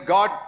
God